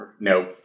Nope